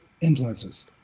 influences